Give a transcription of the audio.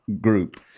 group